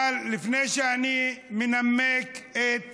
אבל לפני שאני מנמק את